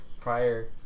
prior